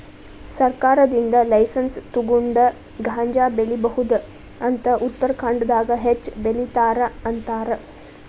ಸರ್ಕಾರದಿಂದ ಲೈಸನ್ಸ್ ತುಗೊಂಡ ಗಾಂಜಾ ಬೆಳಿಬಹುದ ಅಂತ ಉತ್ತರಖಾಂಡದಾಗ ಹೆಚ್ಚ ಬೆಲಿತಾರ ಅಂತಾರ